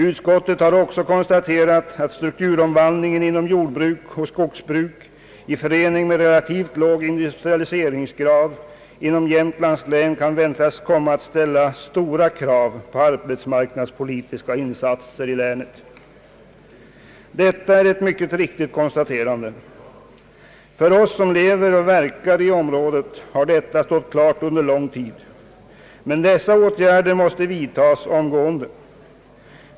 Utskottet har också konstaterat att strukturomvandlingen inom jordbruk och skogsbruk i förening med relativt låg industrialiseringsgrad inom Jämtlands län kan väntas komma att ställa stora krav på arbetsmarknadspolitiska insatser i länet. Detta är ett mycket riktigt konstaterande. För oss som lever och verkar i området har detta stått klart under lång tid. Men dessa åtgärder måste vidtas omgående.